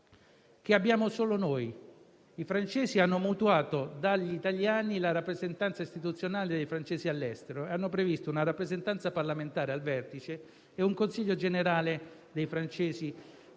che abbiamo solo noi; i francesi hanno mutuato dagli italiani la rappresentanza istituzionale dei francesi all'estero e hanno previsto una rappresentanza parlamentare al vertice e un Consiglio generale dei francesi